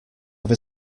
have